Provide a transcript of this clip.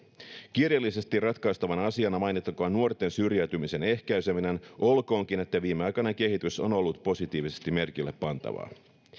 kiireellisesti ratkaistavana asiana mainittakoon nuorten syrjäytymisen ehkäiseminen olkoonkin että viimeaikainen kehitys on ollut positiivisesti merkille pantavaa